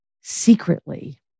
secretly